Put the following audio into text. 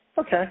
Okay